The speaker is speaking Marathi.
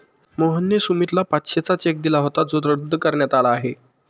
मोहनने सुमितला पाचशेचा चेक दिला होता जो रद्द करण्यात आला आहे